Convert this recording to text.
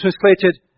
translated